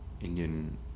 Indian